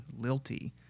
lilty